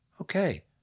Okay